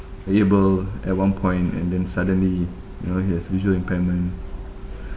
able at one point and then suddenly you know he has visual impairment